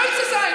"יוצא זיין".